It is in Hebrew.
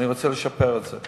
ואני רוצה לשפר את זה.